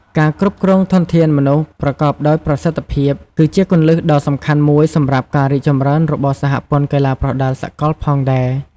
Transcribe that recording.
ការគ្រប់គ្រងធនធានមនុស្សប្រកបដោយប្រសិទ្ធភាព គឺជាគន្លឹះដ៏សំខាន់មួយសម្រាប់ការរីកចម្រើនរបស់សហព័ន្ធកីឡាប្រដាល់សកលផងដែរ។